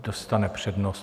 Dostane přednost.